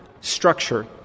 structure